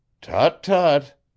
Tut-tut